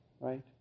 right